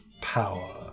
power